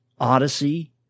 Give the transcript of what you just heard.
Odyssey